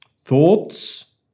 thoughts